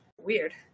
Weird